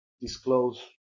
disclose